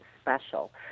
special